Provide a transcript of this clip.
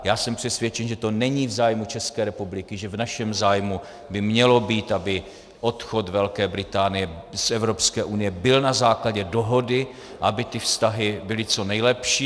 Já jsem přesvědčen, že to není v zájmu České republiky, že v našem zájmu by mělo být, aby odchod Velké Británie z Evropské unie byl na základě dohody, aby ty vztahy byly co nejlepší.